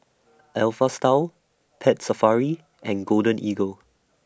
Alpha Style Pet Safari and Golden Eagle